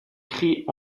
écrit